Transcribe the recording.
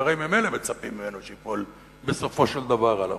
כי הרי ממילא מצפים ממנו שייפול בסופו של דבר על הראש.